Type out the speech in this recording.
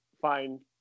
find